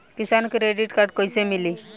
किसान credit card कइसे मिली?